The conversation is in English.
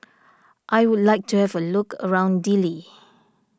I would like to have a look around Dili